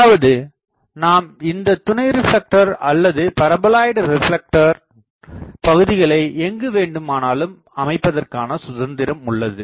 அதாவது நாம் இந்த துணை ரிப்லெக்டர் அல்லது பரபோலாய்ட் ரிப்லெக்டர் பகுதிகளை எங்கு வேண்டுமானாலும் அமைப்பதற்கான சுதந்திரம் உள்ளது